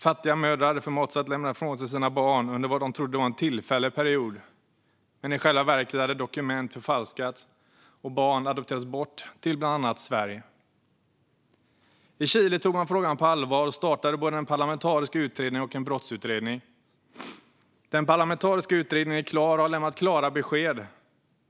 Fattiga mödrar hade förmåtts att lämna ifrån sig sina barn under vad de trodde var en tillfällig period, men i själva verket hade dokument förfalskats och barn adopterats bort till bland annat Sverige. I Chile tog man frågan på allvar och tillsatte både en parlamentarisk utredning och en brottsutredning. Den parlamentariska utredningen är klar och har lämnat klara besked.